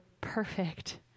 perfect